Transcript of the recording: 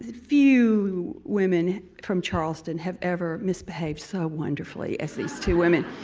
few women from charleston have ever misbehaved so wonderfully as these two women.